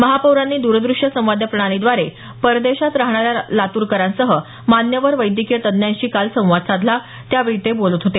महापौरांनी द्रदृश्य संवाद प्रणालीद्वारे परदेशात राहणाऱ्या लातूरकरांसह मान्यवर वैद्यकीय तज्ज्ञांशी काल संवाद साधला त्यावेळी ते बोलत होते